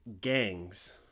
gangs